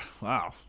Wow